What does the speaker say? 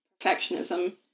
perfectionism